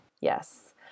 Yes